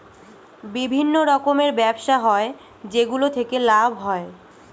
বিভিন্ন রকমের ব্যবসা হয় যেগুলো থেকে লাভ হয়